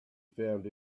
found